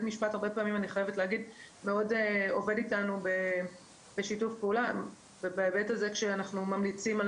המשפט עובד איתנו בשיתוף פעולה בהיבט הזה כשאנחנו ממליצים על